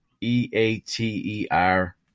e-a-t-e-r